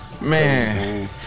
man